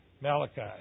Malachi